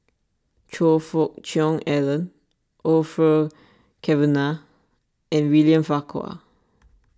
Choe Fook Cheong Alan Orfeur Cavenagh and William Farquhar